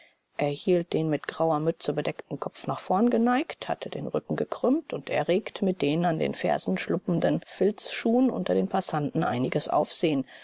hielt den mit grauer mütze bedeckten kopf nach vorn geneigt hatte den rücken gekrümmt und erregte mit den an den fersen schluppenden filzschuhen unter den passanten einiges aufsehen